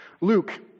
Luke